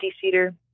seater